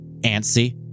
antsy